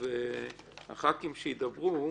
הח"כים שידברו: